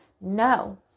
no